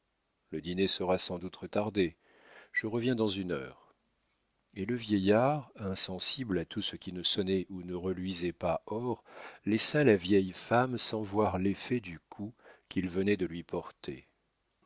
le dîner sera sans doute retardé je reviens dans une heure et le vieillard insensible à tout ce qui ne sonnait ou ne reluisait pas or laissa la vieille femme sans voir l'effet du coup qu'il venait de lui porter